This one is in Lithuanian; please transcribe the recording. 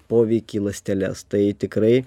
poveikį į ląsteles tai tikrai